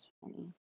funny